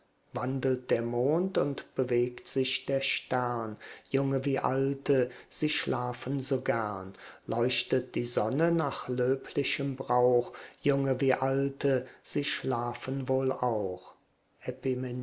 wandelt der mond und bewegt sich der stern junge wie alte sie schlafen so gern leuchtet die sonne nach löblichem brauch junge wie alte sie schlafen wohl auch